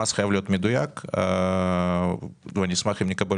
המס חייב להיות מדויק ואני אשמח אם נקבל